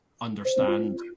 understand